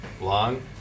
long